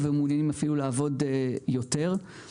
מענק תמיד טוב יותר מהלוואה אבל זה לא תמיד